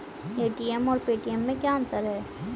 ATM और Paytm में क्या अंतर है?